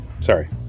Sorry